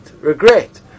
regret